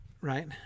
Right